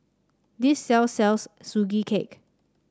this sell sells Sugee Cake